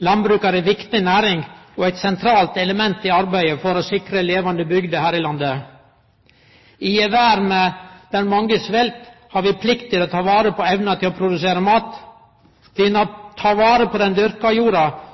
Landbruket er ei viktig næring og eit sentralt element i arbeidet for å sikre levande bygder her i landet. I ei verd der mange svelt, har vi plikt til å ta vare på evna til å produsere mat. Vi må ta vare på den dyrka jorda